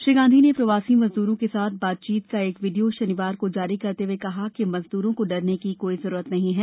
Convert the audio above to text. श्री गांधी ने प्रवासी मजदूरों के साथ बातचीत का एक वीडियो शनिवार को जारी करते हुए कहा कि मजदूरों को डरने की कोई जरूरत नहीं है